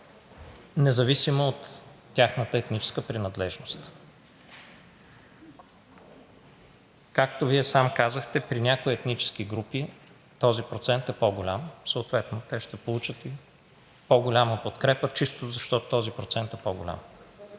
независимо от тяхната етническа принадлежност. Както Вие сам казахте, при някои етнически групи този процент е по-голям, съответно те ще получат и по-голяма подкрепа – чисто, защото този процент е по-голям.